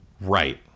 Right